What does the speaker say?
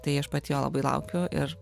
tai aš pati jo labai laukiu ir